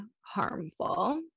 harmful